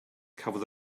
cafodd